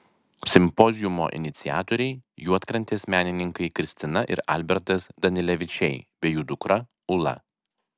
simpoziumo iniciatoriai juodkrantės menininkai kristina ir albertas danilevičiai bei jų dukra ula